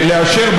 לאשר,